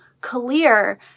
clear